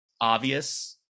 obvious